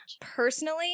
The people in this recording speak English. personally